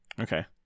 Okay